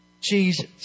Jesus